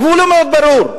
הגבול הוא מאוד ברור.